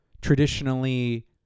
traditionally